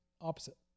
opposite